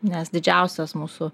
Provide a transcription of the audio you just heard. nes didžiausias mūsų